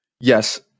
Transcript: Yes